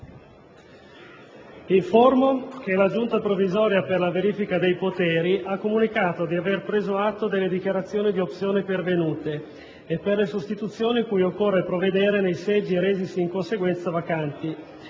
Informo che la Giunta provvisoria per la verifica dei poteri ha comunicato di aver preso atto delle dichiarazioni di opzione pervenute e, per le sostituzioni cui occorre provvedere nei seggi resisi in conseguenza vacanti,